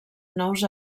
nous